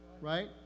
right